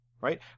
right